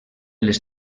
les